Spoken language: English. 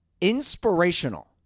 Inspirational